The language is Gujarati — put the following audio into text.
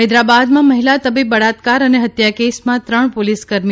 હૈદરાબાદમાં મહિલા તબીબ બળાત્કાર ને હત્યા કેસમાં ત્રણ પોલીસકર્મી